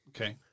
Okay